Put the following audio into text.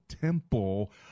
temple